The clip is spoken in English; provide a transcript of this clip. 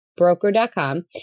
broker.com